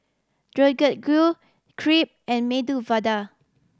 Deodeok Gui Crepe and Medu Vada